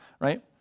right